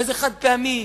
וזה חד-פעמי,